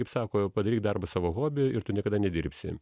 kaip sako padaryk darbą savo hobiu ir tu niekada nedirbsi